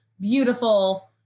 beautiful